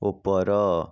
ଉପର